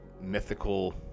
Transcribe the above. mythical